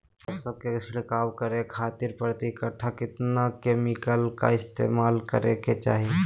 सरसों के छिड़काव करे खातिर प्रति कट्ठा कितना केमिकल का इस्तेमाल करे के चाही?